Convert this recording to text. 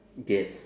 yes